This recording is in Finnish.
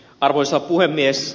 arvoisa puhemies